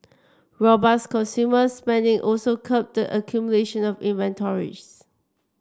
robust consumers spending also curbed the accumulation of inventories